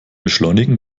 beschleunigen